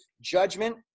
judgment